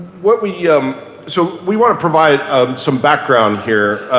what we um so we want to provide some background here.